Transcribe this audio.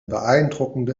beeindruckende